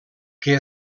que